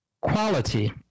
quality